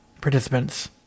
participants